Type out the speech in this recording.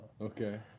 Okay